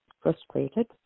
frustrated